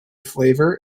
flavour